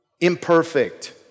imperfect